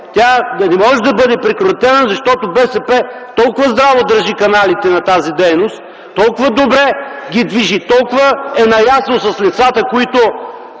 тя не може да бъде прекратена, защото БСП толкова здраво държи каналите на тази дейност, толкова добре ги движи, толкова е наясно с лицата, които